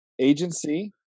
agency